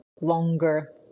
longer